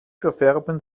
verfärben